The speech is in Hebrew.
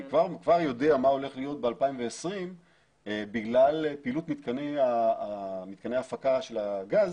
אני כבר יודע מה הולך להיות ב-2020 בגלל פעילות מתקניי ההפקה של הגז,